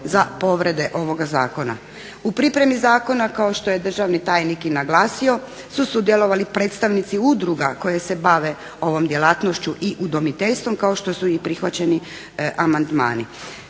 U pripremi zakona kao što je državni tajnik i naglasio su sudjelovali predstavnici udruga koje se bave ovom djelatnošću i udomiteljstvom kao što su i prihvaćeni amandmani.